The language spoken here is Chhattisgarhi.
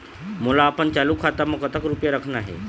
मोला अपन चालू खाता म कतक रूपया रखना हे?